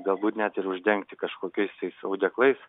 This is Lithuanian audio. galbūt net ir uždengti kažkokiais tais audeklais